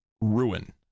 ruin